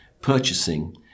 purchasing